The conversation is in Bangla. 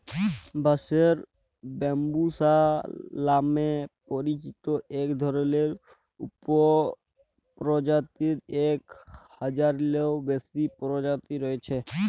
বাঁশের ব্যম্বুসা লামে পরিচিত ইক ধরলের উপপরজাতির ইক হাজারলেরও বেশি পরজাতি রঁয়েছে